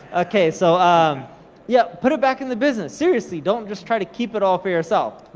okay, so um yeah, put it back in the business, seriously, don't just try to keep it all for yourself,